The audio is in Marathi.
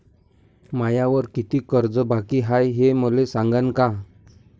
मायावर कितीक कर्ज बाकी हाय, हे मले सांगान का?